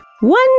one